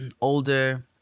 older